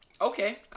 Okay